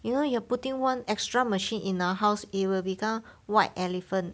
you know you are putting one extra machine in our house it will become white elephant